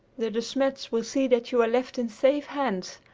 the de smets will see that you are left in safe hands,